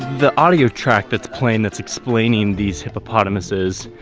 the audio track that's playing that's explaining these hippopotamuses,